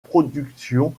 production